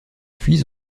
puis